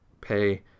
Pay